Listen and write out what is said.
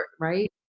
right